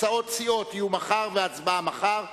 הצעות סיעות והצבעה יהיו מחר.